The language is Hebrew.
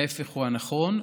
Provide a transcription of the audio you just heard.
ההפך הוא הנכון.